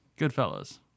Goodfellas